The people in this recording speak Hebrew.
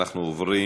אנחנו עוברים